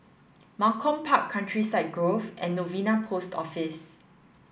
Malcolm Park Countryside Grove and Novena Post Office